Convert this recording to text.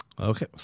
Okay